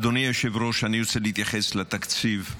אדוני היושב-ראש, אני רוצה להתייחס לתקציב,